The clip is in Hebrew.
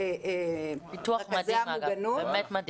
באמת מדהים.